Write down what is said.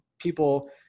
people